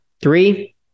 three